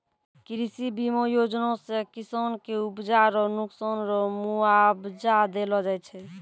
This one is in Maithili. कृषि बीमा योजना से किसान के उपजा रो नुकसान रो मुआबजा देलो जाय छै